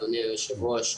אדוני יושב הראש,